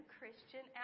Christian